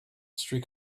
streak